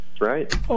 Right